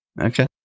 Okay